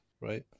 right